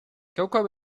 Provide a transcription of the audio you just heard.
كوكب